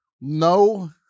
No